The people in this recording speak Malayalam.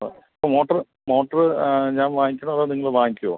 ആ മോട്ടറ് മോട്ടറ് ആ ഞാൻ വാങ്ങിക്കണോ അതോ നിങ്ങൾ വാങ്ങിക്കുമോ